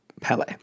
Pele